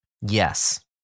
yes